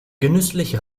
genüsslich